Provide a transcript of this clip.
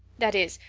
that is,